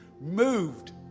Moved